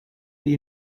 the